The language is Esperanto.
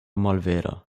malvera